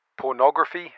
Pornography